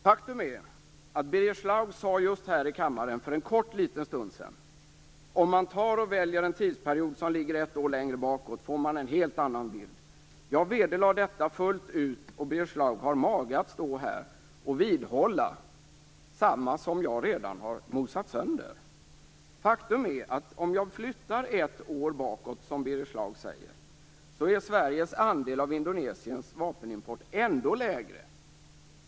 Fru talman! Birger Schlaug sade för en kort stund sedan att om man väljer en tidsperiod som ligger ett år bakåt i tiden får man en helt annan bild. Jag vederlade detta fullt ut. Birger Schlaug har mage att stå här och vidhålla vad jag redan har mosat sönder. Faktum är att om tidsperioden flyttas ett år bakåt - precis som Birger Schlaug säger - är Sveriges andel av Indonesiens vapenimport ändå lägre.